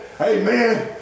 Amen